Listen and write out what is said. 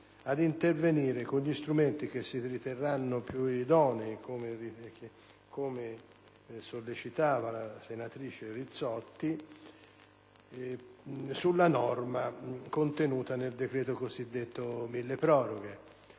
ad intervenire con gli strumenti che si riterranno più idonei, come sollecitava la senatrice Rizzotti, sulla norma contenuta nel decreto milleproroghe.